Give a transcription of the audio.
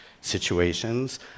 situations